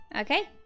Okay